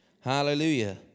Hallelujah